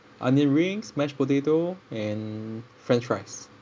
onion rings mashed potato and french fries